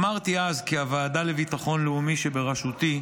אמרתי אז כי הוועדה לביטחון לאומי שבראשותי,